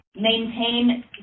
maintain